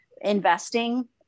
investing